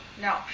No